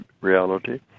reality